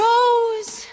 Rose